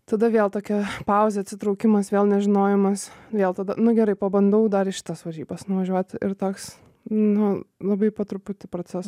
tada vėl tokia pauzė atsitraukimas vėl nežinojimas vėl tada nu gerai pabandau dar į šitas varžybas nuvažiuoti ir toks nu labai po truputį procesas